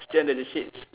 stay under the shade